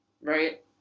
Right